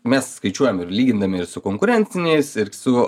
mes skaičiuojam ir lygindami ir su konkurenciniais ir su